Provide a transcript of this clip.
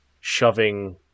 shoving